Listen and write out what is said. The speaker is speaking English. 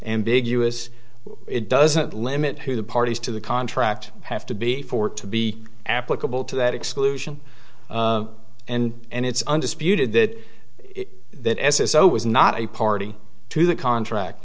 ambiguous it doesn't limit who the parties to the contract have to be for it to be applicable to that exclusion and it's undisputed that that s s o was not a party to the contract